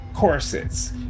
corsets